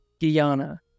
Guyana